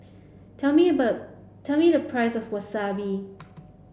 tell me tell me the price of Wasabi